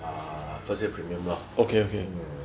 ah first year premium lor mm